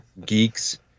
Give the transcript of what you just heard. geeks